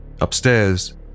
Upstairs